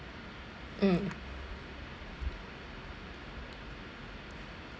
mm